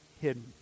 hidden